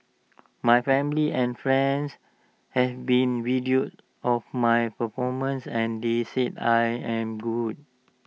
my family and friends have seen videos of my performances and they said I am good